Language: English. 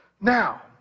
Now